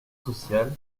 social